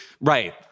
right